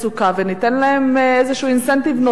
וניתן להן איזה אינסנטיב נוסף,